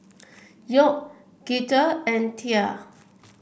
York Girtha and Tia